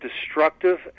destructive